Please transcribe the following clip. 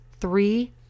three